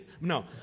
No